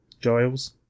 Giles